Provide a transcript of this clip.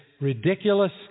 ridiculous